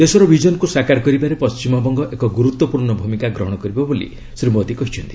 ଦେଶର ବିଜନକୁ ସାକାର କରିବାରେ ପଶ୍ଚିମବଙ୍ଗ ଏକ ଗୁରୁତ୍ୱପୂର୍ଣ୍ଣ ଭୂମିକା ଗ୍ରହଣ କରିବ ବୋଲି ଶ୍ରୀ ମୋଦୀ କହିଛନ୍ତି